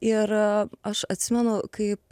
ir aš atsimenu kaip